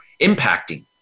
impacting